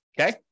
okay